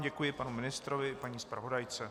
Děkuji panu ministrovi i paní zpravodajce.